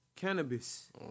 Cannabis